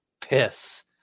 piss